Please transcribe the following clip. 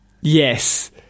yes